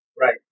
Right